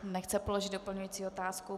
Nechce položit doplňující otázku.